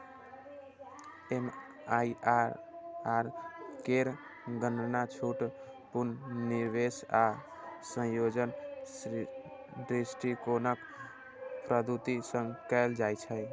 MIRR केर गणना छूट, पुनर्निवेश आ संयोजन दृष्टिकोणक पद्धति सं कैल जाइ छै